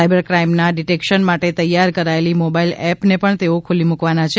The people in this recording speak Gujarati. સાઇબર ક્રાઇમના ડિટેકશન માટે તૈયાર કરાયેલી મોબાઇલ એપને પણ તેઓ ખુલ્લી મૂકવાના છે